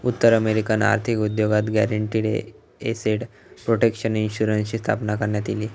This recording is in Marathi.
उत्तर अमेरिकन आर्थिक उद्योगात गॅरंटीड एसेट प्रोटेक्शन इन्शुरन्सची स्थापना करण्यात इली